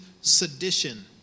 sedition